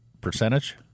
Percentage